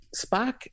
Spock